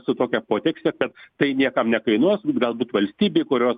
su tokia potekste kad tai niekam nekainuos galbūt valstybei kurios